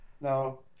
no